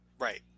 Right